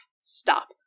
Stop